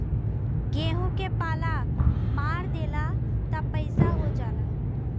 गेंहू के पाला मार देला त पइया हो जाला